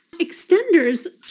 extenders